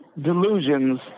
delusions